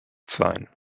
sein